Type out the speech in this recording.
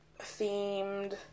themed